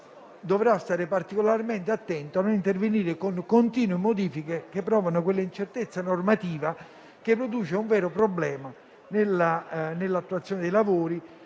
dovrà stare particolarmente attento a non intervenire con continue modifiche che determinano quell'incertezza normativa che produce un vero problema nell'attuazione dei lavori.